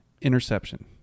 interception